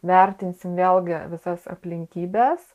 vertinsim vėlgi visas aplinkybes